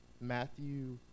Matthew